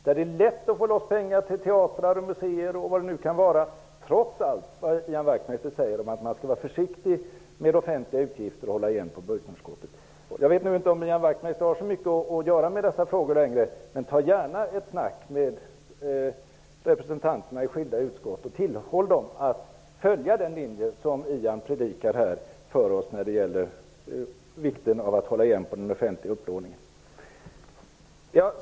Där är det lätt att få loss pengar till t.ex. teatrar och museer, trots allt Ian Wachtmeister säger om att man skall vara försiktig med offentliga utgifter och hålla igen på budgetunderskottet. Jag vet inte om Ian Wachtmeister har så mycket att göra med dessa frågor längre, men jag vill gärna uppmana honom att ta ett snack med representanterna i skilda utskott och tillhålla dem att följa den linje som han predikar för oss när det gäller vikten av att hålla igen på den offentliga upplåningen.